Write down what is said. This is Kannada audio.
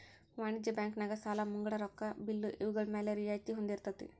ವಾಣಿಜ್ಯ ಬ್ಯಾಂಕ್ ನ್ಯಾಗ ಸಾಲಾ ಮುಂಗಡ ರೊಕ್ಕಾ ಬಿಲ್ಲು ಇವ್ಗಳ್ಮ್ಯಾಲೆ ರಿಯಾಯ್ತಿ ಹೊಂದಿರ್ತೆತಿ